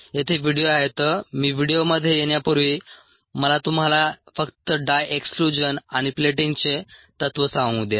येथे व्हिडिओ आहेत मी व्हिडिओमध्ये येण्यापूर्वी मला तुम्हाला फक्त डाय एक्सक्लूजन आणि प्लेटिंगचे तत्त्व सांगू द्या